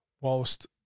whilst